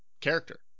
character